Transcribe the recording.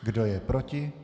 Kdo je proti?